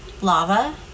lava